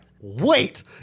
wait